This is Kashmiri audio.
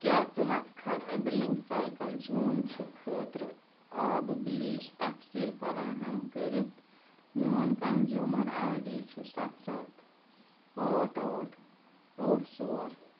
کیٛاہ ژٕ ہٮ۪ککھا مےٚ بِلنٛگ سایکل جوٗن چھُ خٲطرٕ آبہٕ بلیٖچ تفصیٖل فراہم کٔرِتھ میون کنزیوٗمَر آی ڈی چھُ سَتھ سَتھ ٲٹھ ٲٹھ ٲٹھ ژور